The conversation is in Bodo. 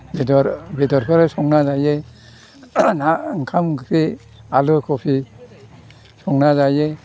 बेदर बेदरफोर संना जायो ना ओंखाम ओंख्रि आलु खफि संना जायो